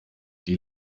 die